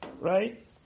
Right